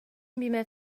بما